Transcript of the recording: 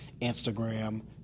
Instagram